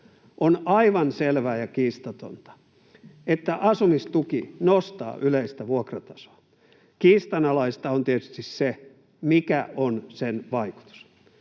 On aivan selvää ja kiistatonta, että asumistuki nostaa yleistä vuokratasoa. Kiistanalaista on tietysti, mikä on sen vaikutus.